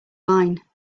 line